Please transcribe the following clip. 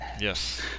Yes